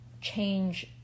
change